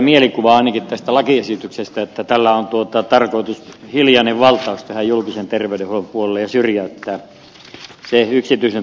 ainakin tästä lakiesityksestä tulee mielikuva että tällä on tarkoitus tehdä hiljainen valtaus julkisen terveydenhuollon puolelle ja syrjäyttää se yksityisen toiminnasta